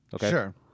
Sure